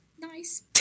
nice